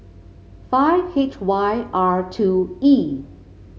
five H Y R two E